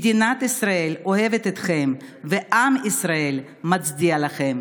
מדינת ישראל אוהבת אתכם ועם ישראל מצדיע לכם.